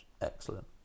excellent